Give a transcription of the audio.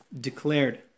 declared